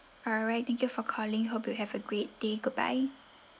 alright thank you for calling hope you have a great day goodbye